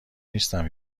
نیستم